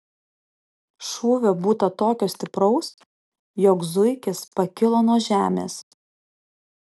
šūvio būta tokio stipraus jog zuikis pakilo nuo žemės